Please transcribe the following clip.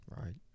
Right